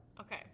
Okay